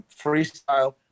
freestyle